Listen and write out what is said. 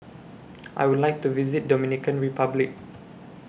I Would like to visit Dominican Republic